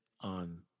on